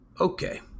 okay